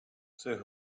цих